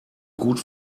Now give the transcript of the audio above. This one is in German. gut